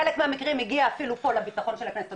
חלק מהמקרים הגיע אפילו פה לביטחון של הכנסת,